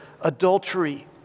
adultery